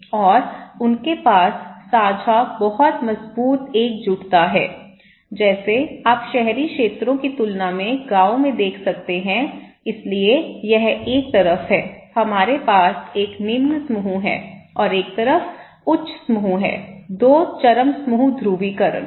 और उनके पास साझा बहुत मजबूत एकजुटता है जैसे आप शहरी क्षेत्रों की तुलना में गांवों में देख सकते हैं इसलिए यह एक तरफ है हमारे पास एक निम्न समूह है और एक तरफ उच्च समूह है 2 चरम समूह ध्रुवीकरण